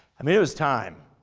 i mean it was time,